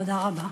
תודה רבה.